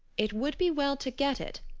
it would be well to get it,